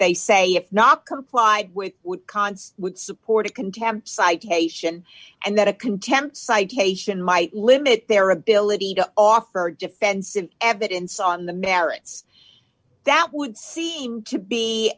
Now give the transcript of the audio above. they say if not complied with would const would support a contempt citation and that a contempt citation might limit their ability to offer defensive evidence on the merits that would seem to be